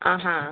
ആ ഹാ